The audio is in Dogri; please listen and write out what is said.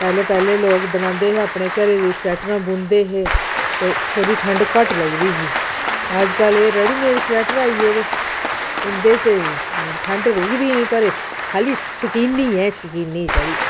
पैह्ले पैह्ले लोक बनांदे हे अपने घरै दे स्वैटरां बुनदे हे ते थोह्ड़ी ठंड घट्ट लगदी ही अज्जकल एह् रडीमेट स्वैटर आई गेदे ते इंदे च ठंड रुकदी नी पर खाल्ली शकीनी ऐ शकीनी छड़ी